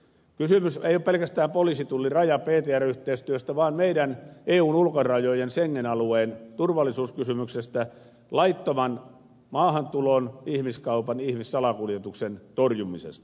kysymys ei ole pelkästään poliisin tullin rajan ptr yhteistyöstä vaan meidän eun ulkorajojen schengen alueen turvallisuuskysymyksestä laittoman maahantulon ihmiskaupan ihmissalakuljetuksen torjumisesta